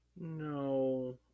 No